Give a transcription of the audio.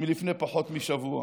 מלפני פחות משבוע.